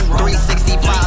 365